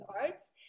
arts